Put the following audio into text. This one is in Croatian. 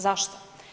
Zašto?